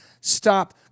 stop